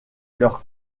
leurs